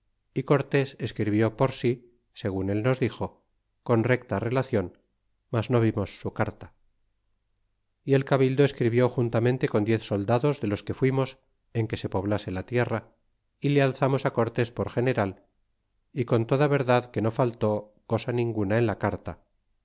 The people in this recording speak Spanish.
y cortes escribió por sí segun él nos dixo con recta relacion mas no vimos su carta y el cabildo escribió juntamente con diez soldados de los que fuimos en que se poblase la tierra y le alzamos cortés por general y con toda verdad que no faltó cosa ninguna en la carta